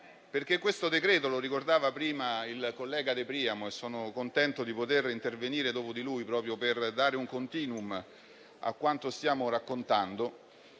Questo decreto-legge - lo ricordava prima il collega de Priamo e sono contento di intervenire dopo di lui, proprio per dare un *continuum* a quanto stiamo raccontando